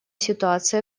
ситуация